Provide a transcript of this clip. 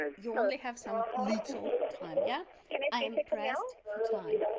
you only have some little time. yeah i am pressed for time.